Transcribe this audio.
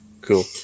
Cool